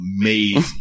amazing